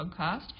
podcast